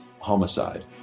homicide